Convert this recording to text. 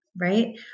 right